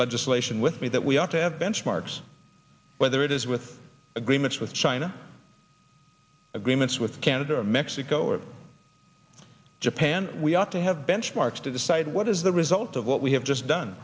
legislation with me that we ought to have benchmarks whether it is with agreements with china agreements with canada or mexico or japan we ought to have benchmarks to decide what is the sult of what we have just done